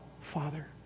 Father